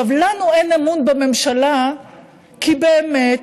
לנו אין אמון בממשלה כי באמת,